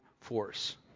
force